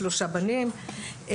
שלושה בנים,